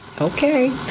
Okay